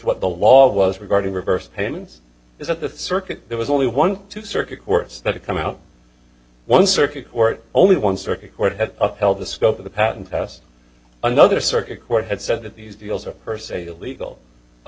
what the law was regarding reversed payments is that the circuit there was only one two circuit courts that come out one circuit court only one circuit court had upheld the scope of the patent test another circuit court had said that these deals are per se illegal a